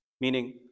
meaning